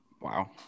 Wow